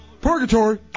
Purgatory